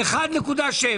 למה לא 1.7?